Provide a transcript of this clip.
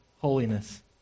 holiness